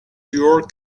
your